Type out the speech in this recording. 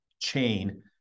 chain